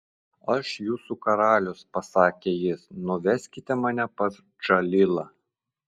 aš jūsų karalius pasakė jis nuveskite mane pas džalilą